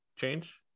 change